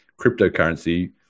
cryptocurrency